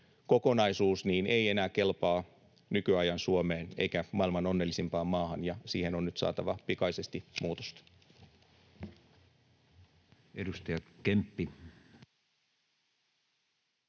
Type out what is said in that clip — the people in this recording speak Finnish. kokonaisuus ei enää kelpaa nykyajan Suomeen eikä maailman onnellisimpaan maahan. Siihen on nyt saatava pikaisesti muutosta. [Speech